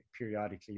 periodically